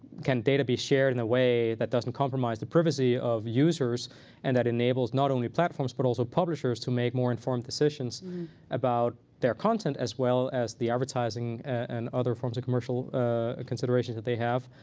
data be shared in a way that doesn't compromise the privacy of users and that enables not only platforms, but also publishers to make more informed decisions about their content as well as the advertising and other forms of commercial ah considerations that they have?